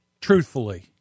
truthfully